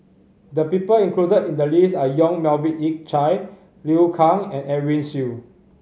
the people included in the list are Yong Melvin Yik Chye Liu Kang and Edwin Siew